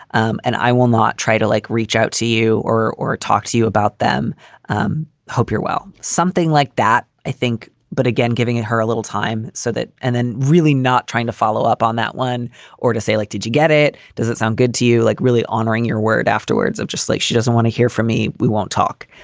um and i will not try to, like reach out to you or or talk to you about them. i um hope your. well, something like that, i think. but again, giving it her a little time so that and then really not trying to follow up on that one or to say like, did you get it? does it sound good to you? like really honoring your word afterwards of just like she doesn't want to hear from me. we won't talk.